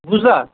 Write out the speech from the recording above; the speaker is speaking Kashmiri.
بوٗزتھا